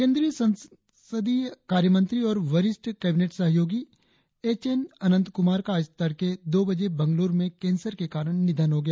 केंद्रीय संसदीय कार्यमंत्री और वरिष्ठ कैबिनेट सहयोगी एच एन अनंत कुमार का आज तड़के दो बजे बंगलूर में कैंसर के कारण निधन हो गया